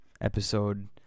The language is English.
Episode